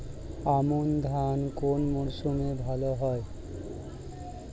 আমন ধান কোন মরশুমে ভাল হয়?